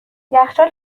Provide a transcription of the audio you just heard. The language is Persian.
یخچال